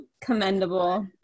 commendable